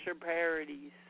parodies